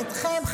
ואתכם,